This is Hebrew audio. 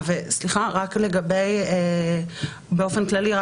נוסף, באופן כללי.